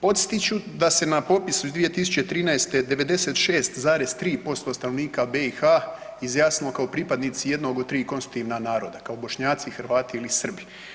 Podstiću da se na popisu iz 2013. 96,3% stanovnika BiH izjasnilo kao pripadnici jednog od tri konstitutivna naroda kao Bošnjaci, Hrvati ili Srbi.